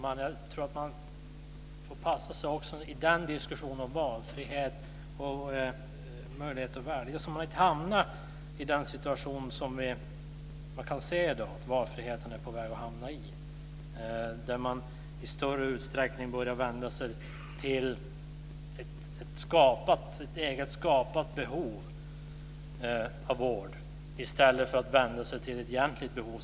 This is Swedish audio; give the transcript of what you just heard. Herr talman! Jag tror att man får passa sig i diskussionen om vart valfriheten är på väg. Man börjar i allt större utsträckning hamna i ett eget skapat behov av vård i stället för att försöka tillgodose ett redan existerande behov.